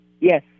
Yes